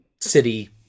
city